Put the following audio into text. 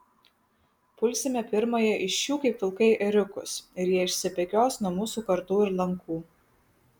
pulsime pirmąją iš jų kaip vilkai ėriukus ir jie išsibėgios nuo mūsų kardų ir lankų